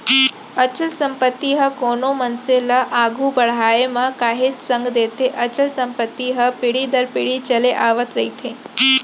अचल संपत्ति ह कोनो मनसे ल आघू बड़हाय म काहेच संग देथे अचल संपत्ति ह पीढ़ी दर पीढ़ी चले आवत रहिथे